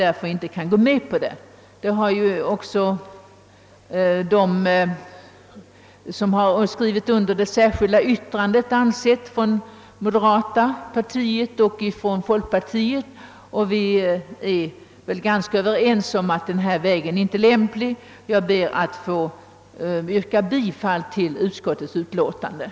De från moderata samlingspartiet och från folkpartiet som har skrivit under det särskilda yttrandet har också ansett det, och vi är väl ganska överens om att denna väg inte är lämplig. Jag ber att få yrka bifall till utskottets förslag.